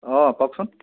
অঁ কওকচোন